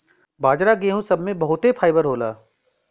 बाजरा गेहूं सब मे बहुते फाइबर होला